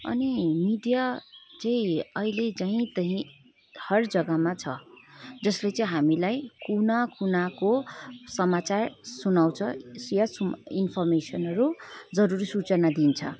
अनि मिडिया चाहिँ अहिले जहीँतहीँ हर जग्गामा छ जसले चाहिँ हामीलाई कुना कुनाको समाचार सुनाउँछ या इन्फरमेसनहरू जरुरी सूचना दिन्छ